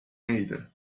عیده